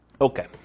Okay